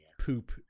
poop